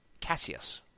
Cassius